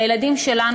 לילדים שלנו,